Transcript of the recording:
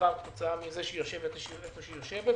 שנגרם כתוצאה מכך שהיא יושבת איפה שהיא יושבת.